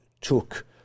took